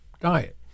diet